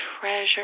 treasure